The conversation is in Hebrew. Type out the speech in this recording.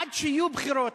עד שיהיו בחירות,